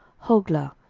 hoglah,